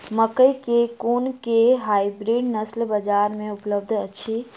मकई केँ कुन केँ हाइब्रिड नस्ल बजार मे उपलब्ध अछि?